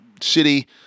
city